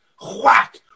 Whack